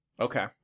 okay